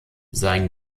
sein